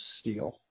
steel